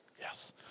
Yes